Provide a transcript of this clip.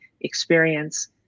experience